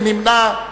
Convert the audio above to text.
מי נמנע?